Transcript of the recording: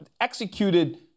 executed